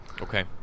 Okay